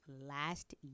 last